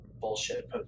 bullshit